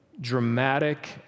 dramatic